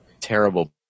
terrible